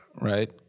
right